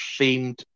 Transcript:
themed